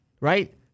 Right